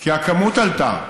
כי הכמות עלתה,